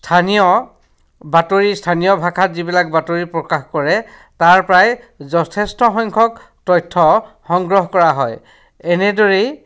স্থানীয় বাতৰি স্থানীয় ভাষাত যিবিলাক বাতৰি প্ৰকাশ কৰে তাৰ প্ৰায় যথেষ্ট সংখ্যক তথ্য সংগ্ৰহ কৰা হয় এনেদৰেই